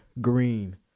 Green